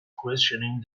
questioning